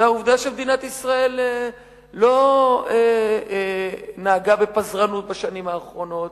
זה העובדה שמדינת ישראל לא נהגה בפזרנות בשנים האחרונות,